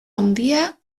handia